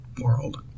world